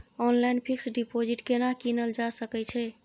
Online fix deposit केना कीनल जा सकै छी?